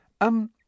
Um